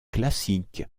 classique